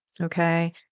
okay